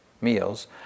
meals